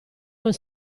con